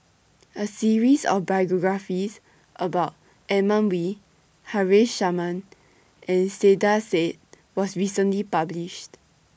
A series of biographies about Edmund Wee Haresh Sharma and Saiedah Said was recently published